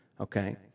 okay